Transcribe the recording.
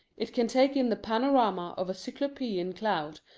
it can take in the panorama of cyclopaean cloud,